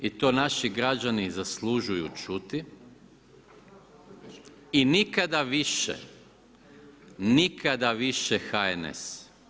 I to naši građani zaslužuju čuti i nikada više, nikada više HNS.